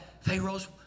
Pharaoh's